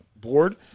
board